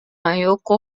مايوكو